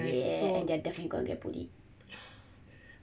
ya they're definitely gonna get bullied